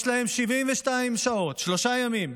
יש להן 72 שעות, שלושה ימים,